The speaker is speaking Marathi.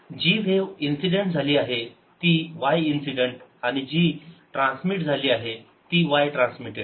जी व्हेव इन्सिडेंट झाली ती y इन्सिडेंट आणि जी ट्रान्समिट झाली ती वाय ट्रान्समिटेड